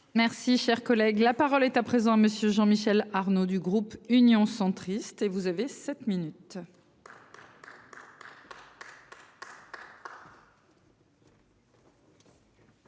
Merci, cher collègue, la parole est à présent monsieur Jean Michel Arnaud du groupe Union centriste et vous avez 7 minutes.